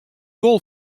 wol